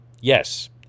Yes